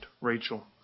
Rachel